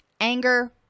anger